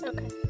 Okay